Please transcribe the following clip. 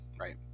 right